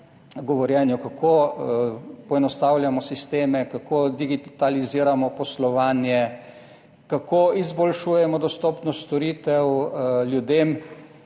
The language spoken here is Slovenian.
kako poenostavljamo sisteme, kako digitaliziramo poslovanje, kako izboljšujemo dostopnost do storitev ljudem,